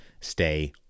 stay